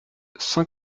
cent